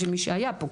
בשביל מי שהיה פה,